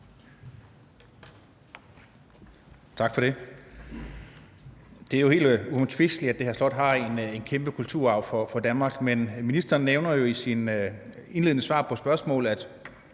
Tak for det. Det er jo helt uomtvisteligt, at det her slot er en kæmpe kulturarv for Danmark. Men ministeren nævner jo i sit indledende svar på spørgsmålet, at